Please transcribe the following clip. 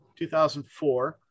2004